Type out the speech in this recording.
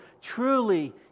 Truly